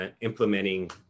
implementing